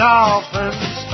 Dolphins